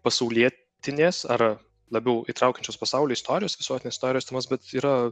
pasaulietinės ar labiau įtraukiančios pasaulio istorijos visuotinės istorijos temas bet yra